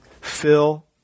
fill